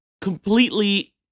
completely